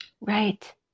Right